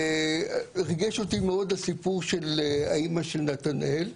ריגש אותי מאוד הסיפור של האימא של נתנאל.